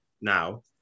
now